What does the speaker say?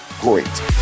great